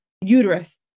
uterus